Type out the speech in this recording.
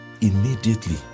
Immediately